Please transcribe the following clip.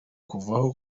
kuvaho